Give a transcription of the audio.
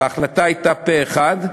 וההחלטה הייתה פה-אחד,